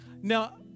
now